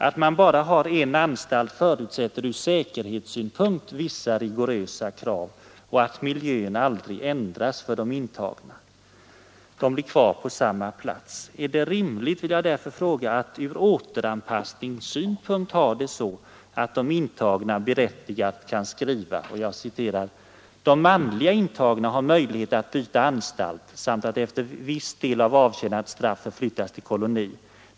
Att man bara har en anstalt förutsätter ur säkerhetssynpunkt vissa rigorösa krav och att miljön aldrig ändras för de intagna; de blir kvar på samma plats. Är det rimligt, vill jag därför fråga, att ur återanpassningssynpunkt ha det så, att de intagna berättigat kan skriva: ”De manliga intagna har möjlighet att byta anstalt samt att efter viss del av avtjänat straff förflyttas till koloni.